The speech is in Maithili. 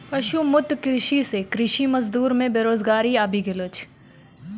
पशु मुक्त कृषि से कृषि मजदूर मे बेरोजगारी आबि गेलो छै